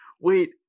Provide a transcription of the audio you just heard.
Wait